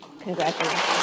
Congratulations